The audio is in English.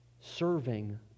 Serving